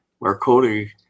Marconi